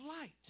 light